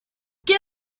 get